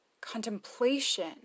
contemplation